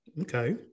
okay